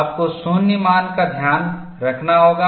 आपको 0 मान का ध्यान रखना होगा